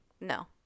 No